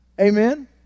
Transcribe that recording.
Amen